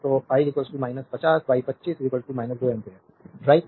तो i 50 by 25 2 ampere right